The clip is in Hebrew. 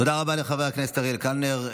תודה רבה לחבר הכנסת אריאל קלנר.